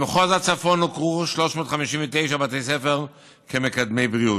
במחוז הצפון הוכרו 359 בתי ספר כמקדמי בריאות,